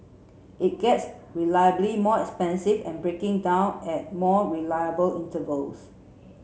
it gets reliably more expensive and breaking down at more reliable intervals